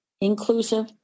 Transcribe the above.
inclusive